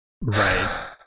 Right